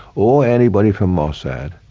or anybody from mossad,